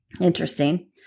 interesting